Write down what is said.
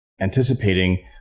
anticipating